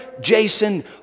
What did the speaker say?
Jason